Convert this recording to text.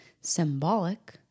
symbolic